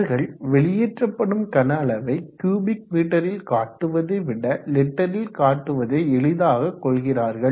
அவர்கள் வெளியேற்றப்படும் கனஅளவை கியூபிக் மீட்டரில் காட்டுவதை விட லிட்டரில் காட்டுவதை எளிதாக கொள்கிறார்கள்